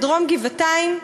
בדרום גבעתיים,